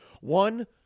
one